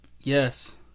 yes